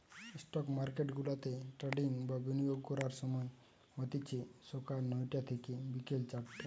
stock মার্কেটগুলাতে trading বা বিনিয়োগ করার সময় হতিছে সকাল নয়টা থিকে বিকেল চারটে